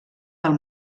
del